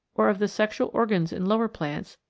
or of the sexual organs in lower plants,